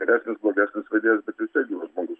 geresnis blogesnis vedėjas bet vis tiek gyvas žmogus